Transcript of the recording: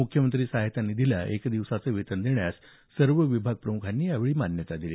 मुख्यमंत्री सहायता निधीस एक दिवसाचं वेतन देण्यास सर्व विभाग प्रमुखांनी यावेळी मान्यता दिली